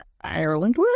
Ireland